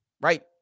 right